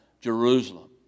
Jerusalem